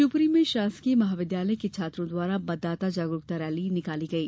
शिवपुरी में शासकीय महाविद्यालय के छात्रों द्वारा मतदाता जागरूकता रैली निकाली गई